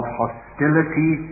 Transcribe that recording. hostility